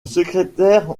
secrétaire